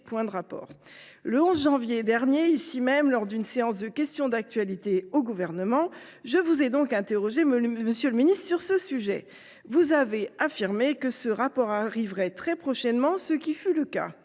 Le 11 janvier dernier, ici même, lors d’une séance de questions d’actualité au Gouvernement, je vous ai interrogé à ce sujet, monsieur le ministre. Vous avez affirmé que ce rapport serait remis très prochainement, ce qui fut le cas.